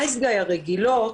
אריזות ה'נייס גאי' הרגילות,